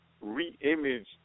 re-image